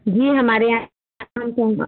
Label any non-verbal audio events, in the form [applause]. जी हमारे यहाँ [unintelligible]